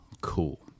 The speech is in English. Cool